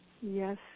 Yes